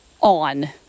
on